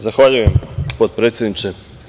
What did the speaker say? Zahvaljujem, potpredsedniče.